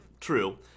true